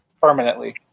Permanently